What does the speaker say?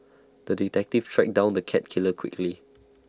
the detective tracked down the cat killer quickly